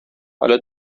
حالا